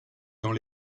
dans